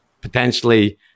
potentially